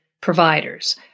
providers